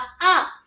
up